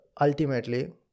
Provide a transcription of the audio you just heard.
ultimately